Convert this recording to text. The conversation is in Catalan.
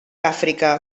àfrica